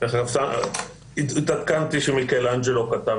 ככל שאתה יותר קרוב למנה השנייה ובמיוחד למנת הבוסטר המוגנות